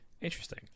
interesting